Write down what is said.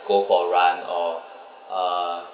go for run or uh